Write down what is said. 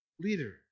leader